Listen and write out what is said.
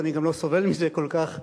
אני גם לא סובל מזה כל כך.